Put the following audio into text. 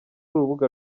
urubuga